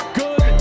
good